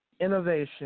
innovation